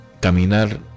caminar